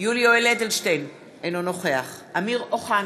יולי יואל אדלשטיין, אינו נוכח אמיר אוחנה,